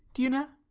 do you know?